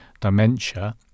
dementia